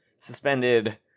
suspended